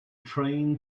train